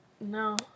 No